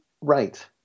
Right